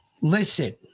Listen